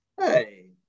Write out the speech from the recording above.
Hey